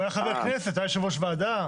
הוא היה חבר כנסת, היה יושב-ראש ועדה.